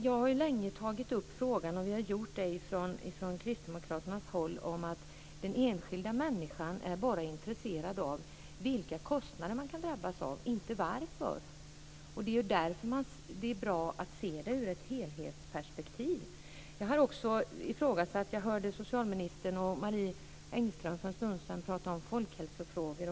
Vi har från kristdemokraternas håll länge tagit upp frågan om att den enskilda människan enbart är intresserad av vilka kostnader man kan drabbas av, inte av varför. Det är därför det är bra att se det ur ett helhetsperspektiv. Jag hörde socialministern och Marie Engström för en stund sedan prata om folkhälsofrågor.